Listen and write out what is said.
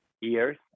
years